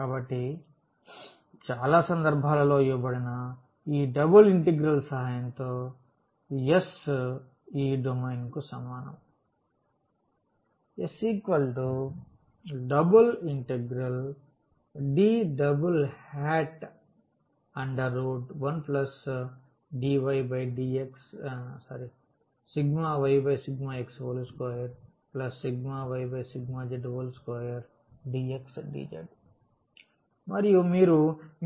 కాబట్టి చాలా సందర్భాలలో ఇవ్వబడిన ఈ డబుల్ ఇంటిగ్రల్ సహాయంతో S ఈ డొమైన్కు సమానం S ∬D1∂y∂x2∂y∂z2dx dz మరియు మీరు